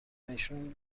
ایشون